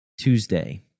Tuesday